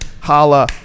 Holla